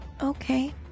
Okay